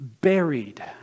buried